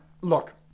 look